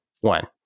One